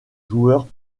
joueurs